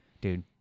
dude